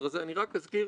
כותב ברנדייס,